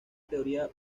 teoría